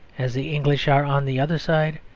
as the english are on the other side,